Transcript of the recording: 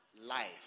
life